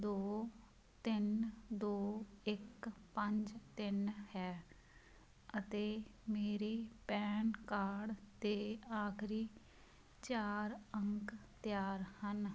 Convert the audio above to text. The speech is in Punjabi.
ਦੋ ਤਿੰਨ ਦੋ ਇੱਕ ਪੰਜ ਤਿੰਨ ਹੈ ਅਤੇ ਮੇਰੇ ਪੈਨ ਕਾਰਡ 'ਤੇ ਆਖਰੀ ਚਾਰ ਅੰਕ ਤਿਆਰ ਹਨ